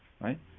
right